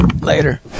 Later